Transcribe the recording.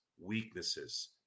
weaknesses